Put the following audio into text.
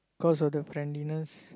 cause of the friendliness